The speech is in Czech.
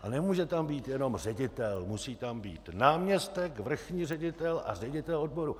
A nemůže tam být jenom ředitel, musí tam být náměstek, vrchní ředitel a ředitel odboru.